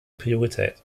priorität